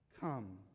come